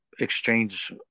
exchange